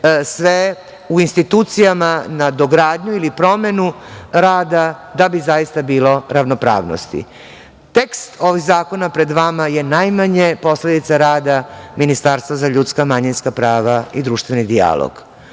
sve u institucijama na dogradnju ili promenu rada da bi zaista bilo ravnopravnosti. Tekst ovog zakona pred vama je najmanje posledica rada Ministarstva za ljudska i manjinska prava i društveni dijalog.